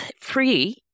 free